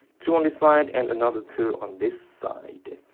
two on this side and another two on this side.